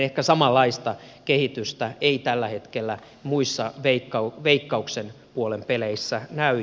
ehkä samanlaista kehitystä ei tällä hetkellä muissa veikkauksen puolen peleissä näy